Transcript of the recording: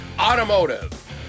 Automotive